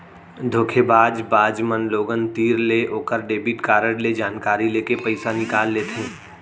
धोखेबाज बाज मन लोगन तीर ले ओकर डेबिट कारड ले जानकारी लेके पइसा निकाल लेथें